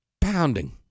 pounding